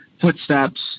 footsteps